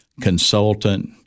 consultant